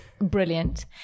brilliant